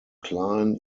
klein